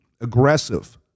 aggressive